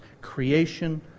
creation